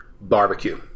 barbecue